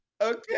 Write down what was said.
Okay